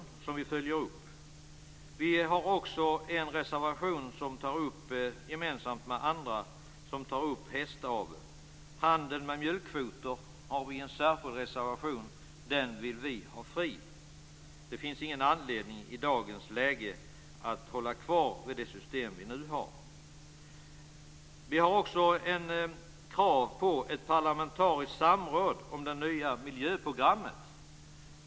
I en reservation som är gemensam för oss, Kristdemokraterna, Miljöpartiet och Centern tar vi upp hästavel. I en reservation tar vi upp handeln med mjölkkvoter. Vi vill införa fri handel med mjölkkvoter. Det finns i dagens läge ingen anledning att ha kvar det system som vi nu har. I en reservation ställer vi krav på parlamentariskt samråd om det nya miljöprogrammet.